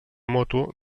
moto